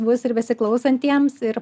bus ir besiklausantiems ir